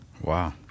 Wow